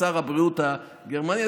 שר הבריאות הגרמני,